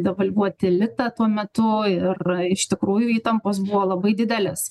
devalvuoti litą tuo metu ir iš tikrųjų įtampos buvo labai didelės